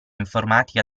informatica